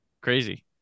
crazy